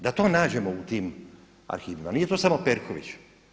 Da to nađemo u tim arhivima nije to samo Perković.